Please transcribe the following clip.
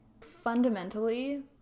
Fundamentally